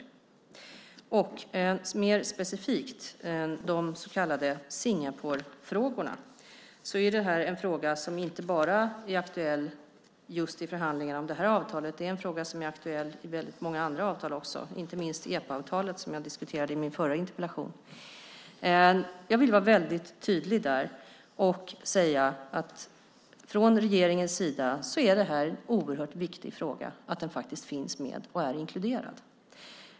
Jacob Johnson frågar mer specifikt om de så kallade Singaporefrågorna. Det är en fråga som inte bara är aktuellt just i förhandlingarna om det här avtalet. Det är en fråga som är aktuell i väldigt många andra avtal också, inte minst EPA-avtalet som jag diskuterade i min förra interpellationsdebatt. Jag vill vara väldigt tydlig där och säga att det är en oerhört viktig fråga för regeringen att detta finns med och är inkluderat.